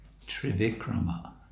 Trivikrama